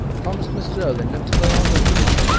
promised mrs. erlynne never to play or drink again.